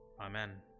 Amen